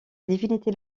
divinité